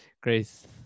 Grace